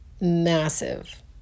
massive